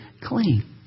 clean